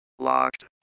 locked